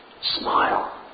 Smile